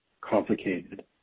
complicated